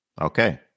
Okay